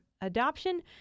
Adoption